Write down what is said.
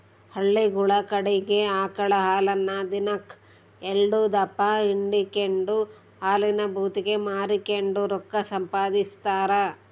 ಹಳ್ಳಿಗುಳ ಕಡಿಗೆ ಆಕಳ ಹಾಲನ್ನ ದಿನಕ್ ಎಲ್ಡುದಪ್ಪ ಹಿಂಡಿಕೆಂಡು ಹಾಲಿನ ಭೂತಿಗೆ ಮಾರಿಕೆಂಡು ರೊಕ್ಕ ಸಂಪಾದಿಸ್ತಾರ